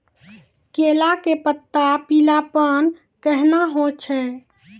केला के पत्ता पीलापन कहना हो छै?